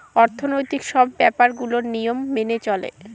অর্থনৈতিক সব ব্যাপার গুলোর নিয়ম মেনে চলে